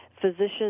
physicians